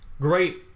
great